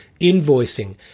invoicing